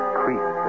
creep